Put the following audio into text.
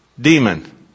demon